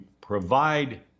provide